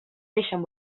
deixen